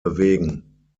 bewegen